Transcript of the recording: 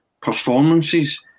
performances